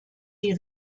die